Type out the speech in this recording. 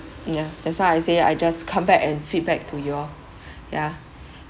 yeah that's why I say I just come back and feedback to you all yeah